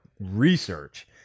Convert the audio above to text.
research